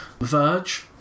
Verge